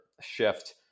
shift